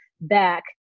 back